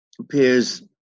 appears